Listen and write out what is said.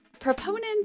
proponents